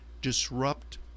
disrupt